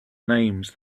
names